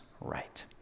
right